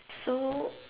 so